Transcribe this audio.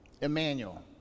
Emmanuel